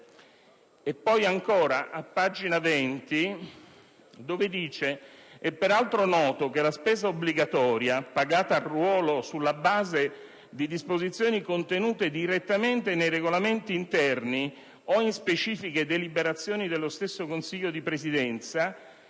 E ancora, a pagina 20, è detto: «È peraltro noto che la spesa obbligatoria, pagata a ruolo sulla base di disposizioni contenute direttamente nei regolamenti interni o in specifiche deliberazioni dello stesso Consiglio di Presidenza,